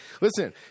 listen